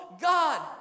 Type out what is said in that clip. God